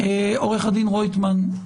עורך הדין רויטמן,